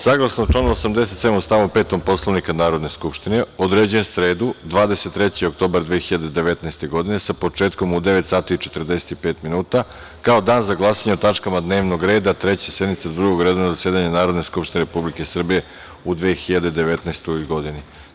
Saglasno članu 87. stav 5. Poslovnika Narodne skupštine, određujem sredu, 23. oktobar 2019. godine, sa početkom u 9.45 časova, kao dan za glasanje o tačkama dnevnog reda Treće sednice Drugog redovnog zasedanja Narodne skupštine Republike Srbije u 2019. godini.